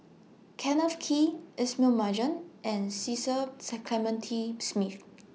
Kenneth Kee Ismail Marjan and Cecil Clementi Smith